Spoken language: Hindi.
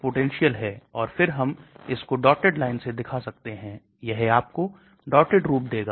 घोल मैं पहले से घुलनेका मतलब है मैं एक मौखिक घोल दे सकता हूं ताकि यह पहले से ही घोल के रूप में घुल जाएगा